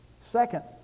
Second